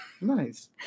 Nice